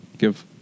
give